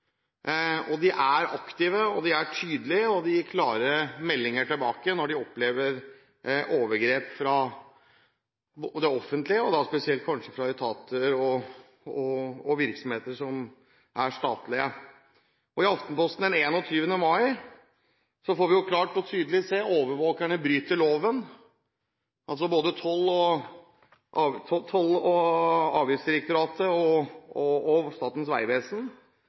og det gir klare meldinger tilbake når det opplever overgrep fra det offentlige, spesielt kanskje fra statlige etater og virksomheter. I Aftenposten den 21. mai går det klart fram at «Overvåkerne bryter loven», altså både Toll- og avgiftsdirektoratet og Statens vegvesen,